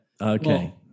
Okay